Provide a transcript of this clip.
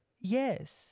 Yes